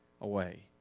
away